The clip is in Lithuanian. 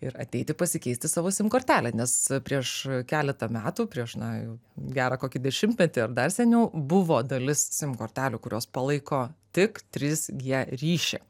ir ateiti pasikeisti savo sim kortelę nes prieš keletą metų prieš na jau gerą kokį dešimtmetį ar dar seniau buvo dalis sim kortelių kurios palaiko tik trys gie ryšį